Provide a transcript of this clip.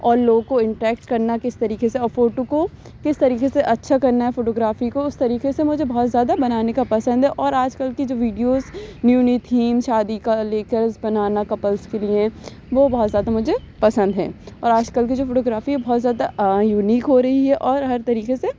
اور لوگ کو انٹیکٹ کرنا کس طریقے سے اور فوٹو کو کس طریقے سے اچھا کرنا ہے فوٹوگرافی کو اس طریقے سے مجھے بہت زیادہ بنانے کا پسند ہے اور آج کل کی جو ویڈیوز نیو نیو تھیمز شادی کا لے کر بنانا کپلز کے لیے وہ بہت زیادہ مجھے پسند ہے اور آج کل کی جو فوٹوگرافی ہے بہت زیادہ یونیک ہو رہی ہے اور ہر طریقے سے